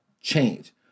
change